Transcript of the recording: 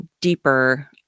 deeper